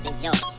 Enjoy